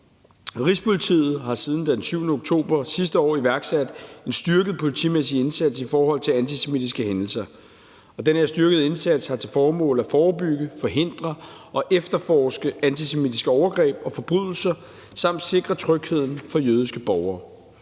Rigspolitiet har siden den 7. oktober sidste år iværksat en styrket politimæssig indsats i forhold til antisemitiske hændelser, og den her styrkede indsats har til formål at forebygge, forhindre og efterforske antisemitiske overgreb og forbrydelser samt sikre trygheden for jødiske borgere.